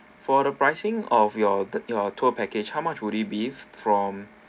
for the pricing of your the your tour package how much would it be from